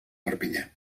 perpinyà